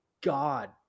God